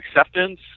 acceptance